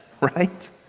right